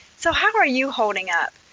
so how are you holding up?